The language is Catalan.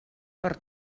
per